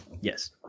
yes